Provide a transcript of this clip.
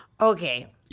Okay